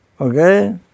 okay